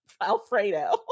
Alfredo